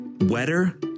wetter